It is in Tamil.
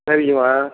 சரிங்கம்மா